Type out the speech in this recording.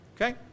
Okay